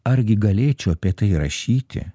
argi galėčiau apie tai rašyti